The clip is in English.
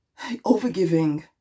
Overgiving